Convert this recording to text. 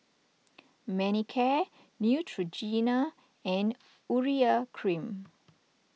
Manicare Neutrogena and Urea Cream